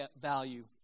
value